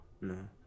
no